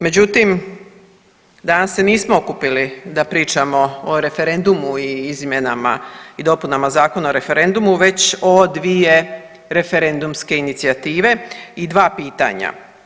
Međutim, danas se nismo okupili da pričamo o referendumi i izmjenama i dopunama Zakona o referendumu već o 2 referendumske inicijative i 2 pitanja.